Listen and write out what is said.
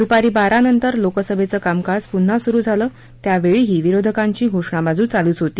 दुपारी बारा नंतर लोकसभेचं कामकाज पुन्हा सुरु झालं त्यावेळीही विरोधकांची घोषणाबाजी चालूच होती